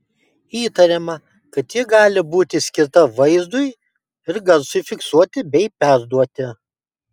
įtariama kad ji gali būti skirta vaizdui ir garsui fiksuoti bei perduoti